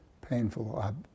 painful